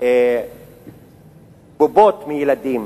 בובות מילדים,